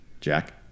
Jack